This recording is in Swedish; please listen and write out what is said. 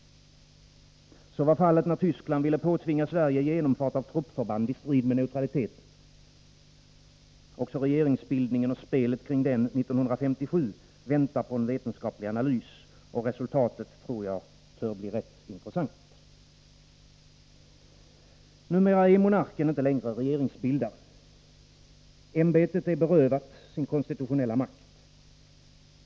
Så var fallet när Tyskland ville påtvinga Sverige genomfart av truppförband i strid med neutraliteten. Också regeringsbildningen och spelet kring densamma 1957 väntar på en vetenskaplig analys. Resultatet torde bli rätt intressant. Numera är monarken inte längre regeringsbildare. Ämbetet är berövat sin konstitutionella makt.